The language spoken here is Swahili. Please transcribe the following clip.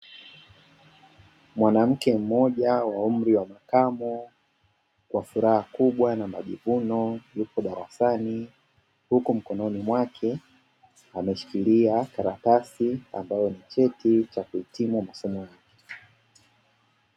Mwanamke mmoja wa umri wa makamo, kwa furaha kubwa na majivuno yuko darasani huku mkononi mwake ameshikilia karatasi ambayo ni cheti cha kuhitimu masomo yake.